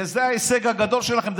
וזה ההישג הגדול שלכם,